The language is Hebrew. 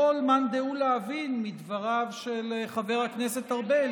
יכול מאן דהוא להבין מדבריו של חבר הכנסת ארבל